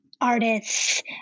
artists